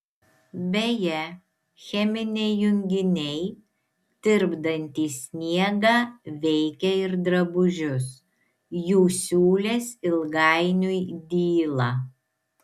beje cheminiai junginiai tirpdantys sniegą veikia ir drabužius jų siūlės ilgainiui dyla